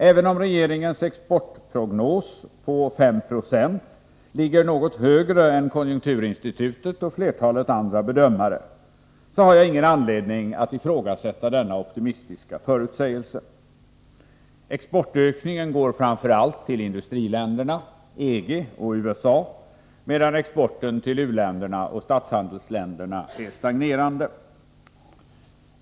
Även om regeringens exportprognos på 5 Yo ligger högre än konjunkturinstitutets och flertalet andra bedömares, har jag ingen anledning att ifrågasätta denna optimistiska förutsägelse. Exportökningen går framför allt till industriländerna, EG och USA, medan exporten till u-länderna och statshandelsländerna är stagnerande.